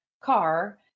car